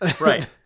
right